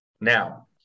Now